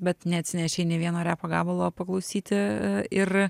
bet neatsinešei nė vieno repo gabalo paklausyti ir